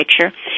picture